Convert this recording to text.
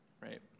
right